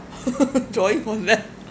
drawing for them